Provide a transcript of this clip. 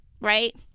right